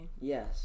Yes